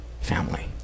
family